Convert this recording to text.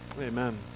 Amen